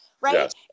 Right